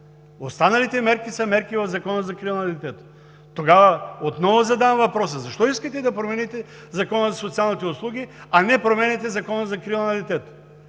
Останалите мерки са мерки в Закона за закрила на детето. Тогава отново задавам въпроса: защо искате да промените Закона за социалните услуги, а не променяте Закона за закрила на детето?